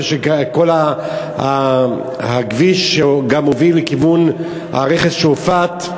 הכביש שמוביל לכיוון רכס-שועפאט,